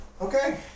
okay